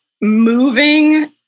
moving